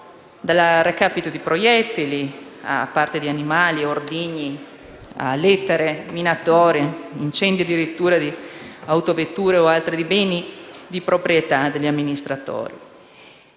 dal recapito di proiettili, parti di animali, ordigni o lettere minatorie, a incendi di autovetture o altri beni di proprietà degli amministratori.